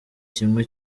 kimwe